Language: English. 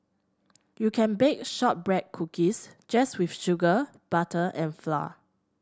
you can bake shortbread cookies just with sugar butter and flour